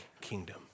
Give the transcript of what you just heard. kingdom